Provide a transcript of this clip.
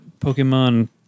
Pokemon